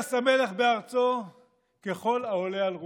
ויעש המלך בארצו ככל העולה על רוחו.